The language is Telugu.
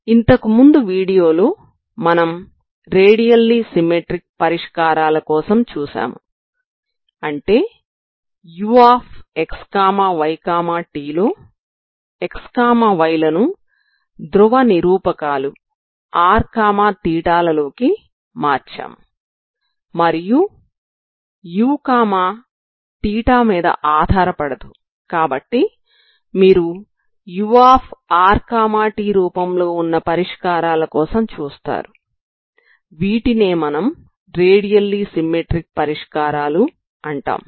ఇంతకు ముందు వీడియోలో మనం రేడియల్లీ సిమెట్రిక్ పరిష్కారాల కోసం చూశాము అంటే uxyt లో x y లను ధ్రువ నిరూపకాలు rθ లలో కి మార్చాము మరియు uθ మీద ఆధారపడదు కాబట్టి మీరు urt రూపంలో వున్న పరిష్కారాల కోసం చూస్తారు వీటినే మనం రేడియల్లీ సిమెట్రిక్ పరిష్కారాలు అంటాము